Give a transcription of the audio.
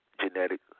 genetic